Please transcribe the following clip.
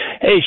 Hey